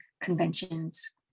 conventions